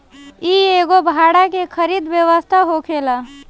इ एगो भाड़ा के खरीद व्यवस्था होखेला